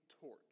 torch